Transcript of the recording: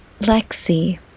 Lexi